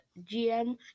GM